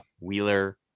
Wheeler